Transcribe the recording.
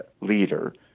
leader